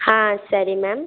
ಹಾಂ ಸರಿ ಮ್ಯಾಮ್